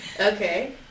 Okay